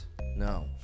No